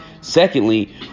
Secondly